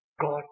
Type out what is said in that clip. God